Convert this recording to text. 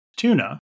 Tuna